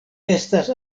estas